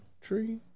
tree